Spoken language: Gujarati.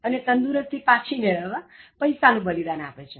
અને તંદુરસ્તી પાછી મેળવવા પૈસા નું બલિદાન આપે છે